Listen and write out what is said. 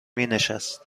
مینشست